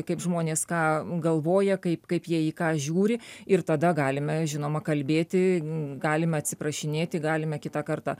kaip žmonės ką galvoja kaip kaip jie į ką žiūri ir tada galime žinoma kalbėti galime atsiprašinėti galime kitą kartą